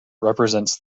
represents